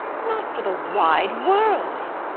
not for the wide world.